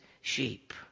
sheep